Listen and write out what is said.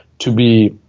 to be